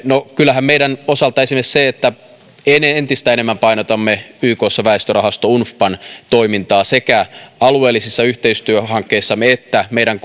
kyllähän meidän osaltamme esimerkiksi se että entistä enemmän painotamme ykssa väestörahasto unfpan toimintaa sekä alueellisissa yhteistyöhankkeissamme että meidän